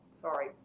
sorry